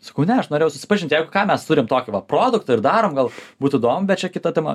sakau ne aš norėjau susipažint jeigu ką mes turim tokį va produktą ir darom gal būtų įdomu bet čia kita tema